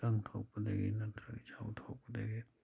ꯏꯀꯪ ꯊꯣꯛꯄꯗꯒꯤ ꯅꯠꯇ꯭ꯔꯒ ꯏꯆꯥꯎ ꯊꯣꯛꯄꯗꯒꯤ